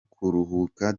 kuruhuka